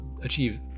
achieve